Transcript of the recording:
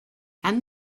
and